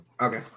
Okay